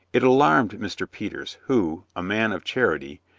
it alarmed mr. peters, who, a man of chanty,